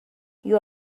you